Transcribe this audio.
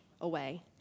away